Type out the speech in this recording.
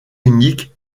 unique